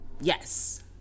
yes